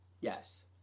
Yes